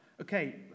Okay